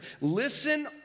listen